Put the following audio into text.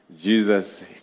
Jesus